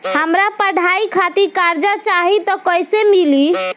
हमरा पढ़ाई खातिर कर्जा चाही त कैसे मिली?